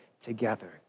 together